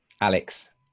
Alex